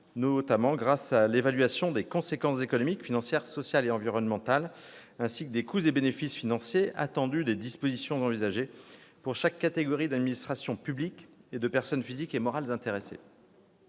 notamment l'évaluation des conséquences économiques, financières, sociales et environnementales, ainsi que des coûts et bénéfices financiers attendus de la mise en oeuvre des dispositions envisagées pour chaque catégorie d'administrations publiques et de personnes physiques ou morales intéressées.